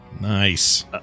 Nice